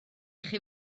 chi